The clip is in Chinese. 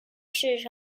市场